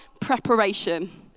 preparation